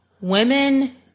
women